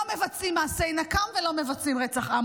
מבצעים מעשי נקם ולא מבצעים רצח עם.